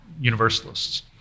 universalists